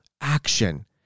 action